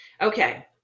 Okay